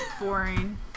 boring